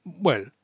well